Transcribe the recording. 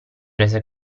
rese